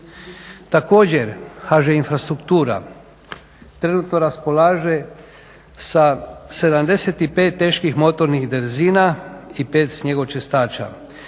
Također HŽ-Infrastruktura trenutno raspolaže sa 75 teških motornih drezina i 5 snjegočistača.